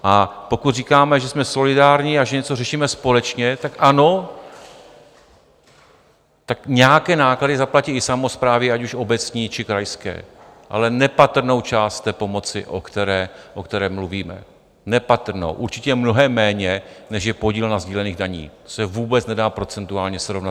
A pokud říkáme, že jsme solidární a že něco řešíme společně, tak ano, tak nějaké náklady zaplatí i samosprávy, ať už obecní, či krajské, ale nepatrnou část té pomoci, o které mluvíme, nepatrnou, určitě mnohem méně, než je podíl na sdílených daních, to se vůbec nedá procentuálně srovnat.